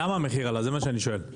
זה מה שאני שואל.